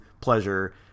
pleasure